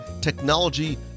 technology